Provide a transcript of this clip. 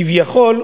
כביכול,